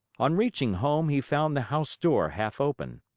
on reaching home, he found the house door half open.